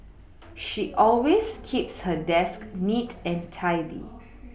she always keeps her desk neat and tidy